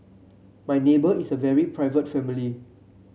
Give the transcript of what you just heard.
my neighbour is a very private family